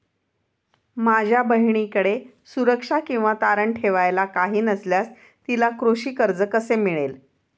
माझ्या बहिणीकडे सुरक्षा किंवा तारण ठेवायला काही नसल्यास तिला कृषी कर्ज कसे मिळेल?